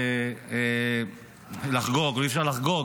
אי-אפשר לחגוג,